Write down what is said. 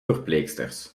verpleegsters